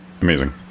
amazing